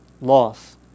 Loss